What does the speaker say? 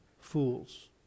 fools